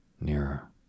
Nearer